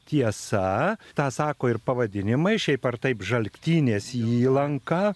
tiesa tą sako ir pavadinimai šiaip ar taip žalktynės įlanka